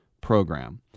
program